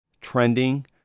trending